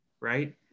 right